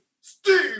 Steve